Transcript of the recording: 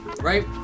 right